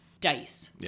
dice